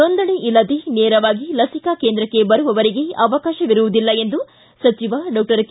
ನೋಂದಣಿ ಇಲ್ಲದೆ ನೇರವಾಗಿ ಲಸಿಕಾ ಕೇಂದ್ರಕ್ಕೆ ಬರುವವರಿಗೆ ಅವಕಾಶವಿರುವುದಿಲ್ಲ ಎಂದು ಸಚವ ಡಾಕ್ಟರ್ ಕೆ